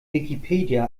wikipedia